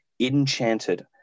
enchanted